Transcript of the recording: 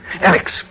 Alex